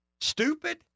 Stupid